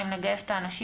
אם נגייס את האנשים,